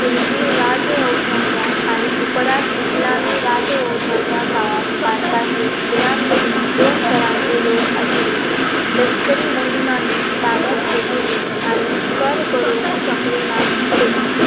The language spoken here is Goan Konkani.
खिल्जी राजवंशाच्या आनी उपरांत इस्लामी राजवंशाच्या काळांत भारतातले गुलामगिरी दोन तरांचे लोक आशिल्ले लश्करी मोहिमांनी ताब्यांत घेतिल्ले आनी कर भरूंक शकले ना ते